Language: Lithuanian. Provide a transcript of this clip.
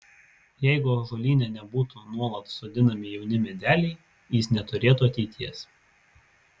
jeigu ąžuolyne nebūtų nuolat sodinami jauni medeliai jis neturėtų ateities